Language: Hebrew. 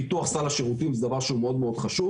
פיתוח סל השירותים הוא דבר חשוב מאוד.